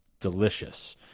delicious